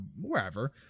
wherever